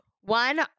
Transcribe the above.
One